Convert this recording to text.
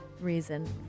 reason